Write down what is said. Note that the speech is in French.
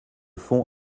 fond